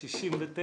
הרביזיה על סעיף 67,